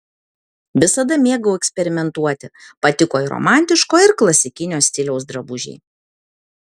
visada mėgau eksperimentuoti patiko ir romantiško ir klasikinio stiliaus drabužiai